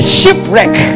shipwreck